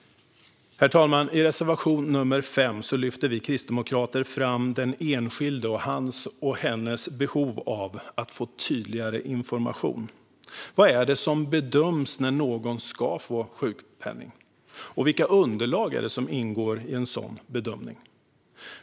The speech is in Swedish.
Herr talman! I reservation nr 5 lyfter vi kristdemokrater fram den enskilde och hans och hennes behov av att få tydligare information. Vad är det som bedöms när någon ska få sjukpenning? Vilka underlag ingår i en sådan bedömning?